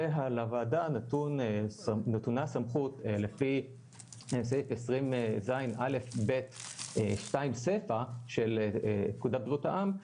ולוועדה נתונה סמכות לפי סעיף 20 ז' א' ב' 2 סייפא של פקודת בריאות העם,